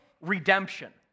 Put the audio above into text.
Redemption